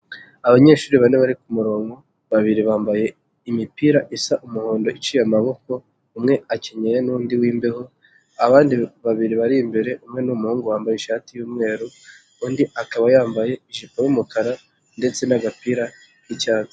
Abanyeshuri bane bari kumurongo, babiri bambaye imipira isa umuhondo iciye amaboko, umwe akenyeye nundi wimbeho abandi babiri bari imbere umwe n'umuhungu wambaye ishati y'umweru undi akaba yambaye ijipo y'umukara ndetse n'agapira k'icyatsi.